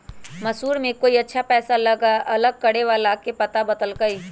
मैसूर में कोई अच्छा पैसा अलग करे वाला के पता बतल कई